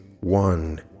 one